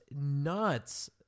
nuts